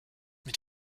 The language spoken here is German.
mit